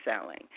selling